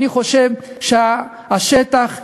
אני חושב שהשטח יהיה,